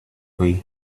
way